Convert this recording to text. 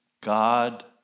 god